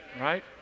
right